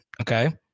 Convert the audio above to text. Okay